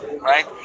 right